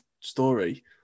story